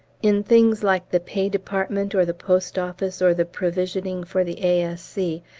in things like the pay department or the post-office or the provisioning for the a s c.